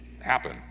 happen